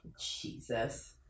Jesus